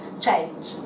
change